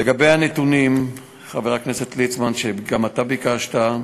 לגבי הנתונים, חבר הכנסת ליצמן, שגם אתה ביקשת: